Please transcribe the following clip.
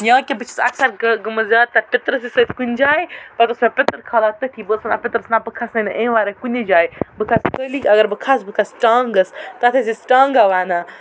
یا کہ بہٕ اکثر گٔمٕژ زیاد تر پیٚترَس سۭتۍ کُنہ جایہ پَتہٕ اوس مےٚ پیٚتر کھالان تٔتھی بہٕ ٲسس ونان پیٚترَس نہ بہٕ کھَسے نہٕ امہ وَرٲے کُنے جایہِ بہٕ کھَسہٕ خٲلی اگر بہٕ کھَسہٕ بہٕ کھسہٕ ٹانٛگَس تتھ ٲسۍ أسۍ ٹآنٛگہ ونان